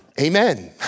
amen